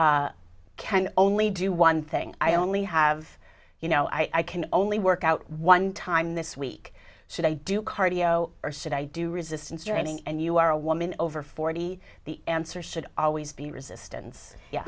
you can only do one thing i only have you know i can only work out one time this week should i do cardio or should i do resistance training and you are a woman over forty the answer should always be resistance